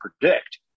predict